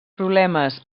problemes